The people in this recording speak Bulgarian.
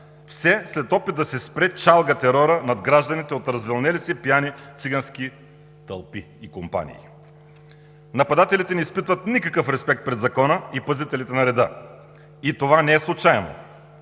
все след опит да се спре чалга терорът над гражданите от развилнелите се пияни цигански тълпи и компании. Нападателите не изпитват никакъв респект пред закона и пазителите на реда. И това не е случайно.